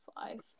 five